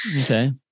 Okay